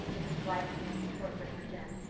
mrs. blythe was making shortbread for jem,